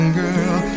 girl